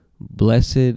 blessed